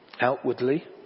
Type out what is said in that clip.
Outwardly